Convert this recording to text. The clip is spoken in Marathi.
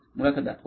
मुलाखतदार होय